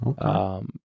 Okay